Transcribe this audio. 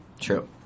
True